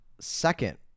second